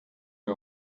der